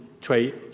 trade